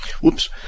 Whoops